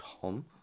Tom